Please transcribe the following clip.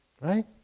Right